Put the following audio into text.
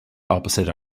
opposite